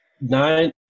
nine